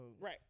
Right